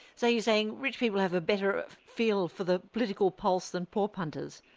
so you're saying rich people have a better feel for the political pulse than poor punters?